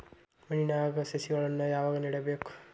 ಮಣ್ಣಿನ್ಯಾಗ್ ಸಸಿಗಳನ್ನ ಯಾವಾಗ ನೆಡಬೇಕು?